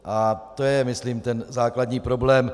A to je myslím ten základní problém.